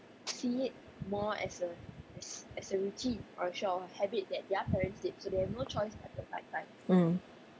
mm